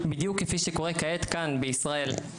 בדיוק כפי שקורה כעת כאן בישראל.